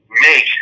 make